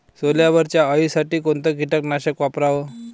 सोल्यावरच्या अळीसाठी कोनतं कीटकनाशक वापराव?